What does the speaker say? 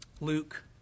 Luke